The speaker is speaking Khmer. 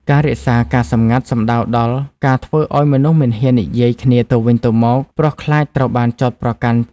ការរក្សាការសម្ងាត់សំដៅដល់ ការធ្វើឱ្យមនុស្សមិនហ៊ាននិយាយគ្នាទៅវិញទៅមក ព្រោះខ្លាចត្រូវបានចោទប្រកាន់។